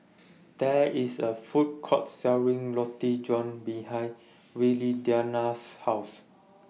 There IS A Food Court Selling Roti John behind Viridiana's House